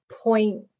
point